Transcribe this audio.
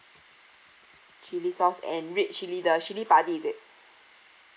chili sauce and red chili the chili padi is it